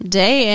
day